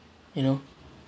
you know